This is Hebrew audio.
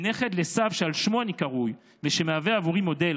אני נכד לסב שעל שמו אני קרוי ושמהווה עבורי מודל,